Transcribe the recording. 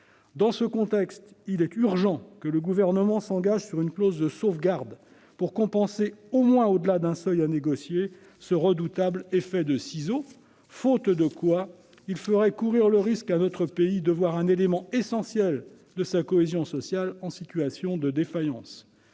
Dans ce contexte, il est urgent que le Gouvernement s'engage sur une clause de sauvegarde, pour compenser, au moins au-delà d'un seuil à négocier, ce redoutable effet de ciseaux, faute de quoi il ferait courir le risque à notre pays de voir un élément essentiel de sa cohésion sociale en situation de défaillance.